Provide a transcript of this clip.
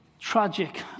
tragic